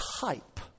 type